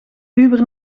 uber